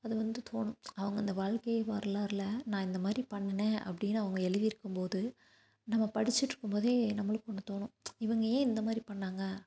அது வந்து தோணும் அவங்க அந்த வாழ்க்கை வரலாறில் நான் இந்த மாதிரி பண்ணுனேன் அப்படின்னு அவங்க எழுதியிருக்கும் போது நம்ம படிச்சுட்ருக்கும் போதே நம்மளுக்கு ஒன்று தோணும் இவங்க ஏன் இந்த மாதிரி பண்ணிணாங்க